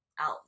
out